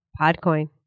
PodCoin